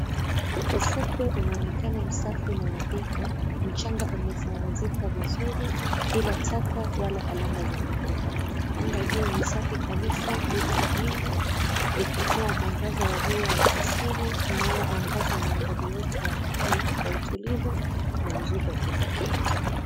Ufukwe unaonekana msafi na nadhifu, mchanga umesawazika vizuri bila taka wala alama za miguu. Anga juu ni safi kabisa bila mawingu. Likitua mwangaza wa jua wa asili unao angaza mandhari yote ya Pwani kwa utulivu na uzuri wa kipekee.